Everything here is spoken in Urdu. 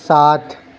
سات